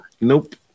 Nope